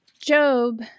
Job